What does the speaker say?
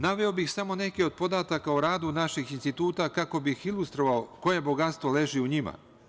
Naveo bih samo neke od podataka o radu naših instituta kako bih ilustrovao koje bogatstvo leži u njima.